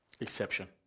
exception